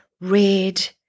red